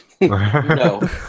No